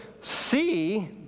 see